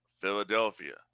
Philadelphia